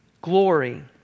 glory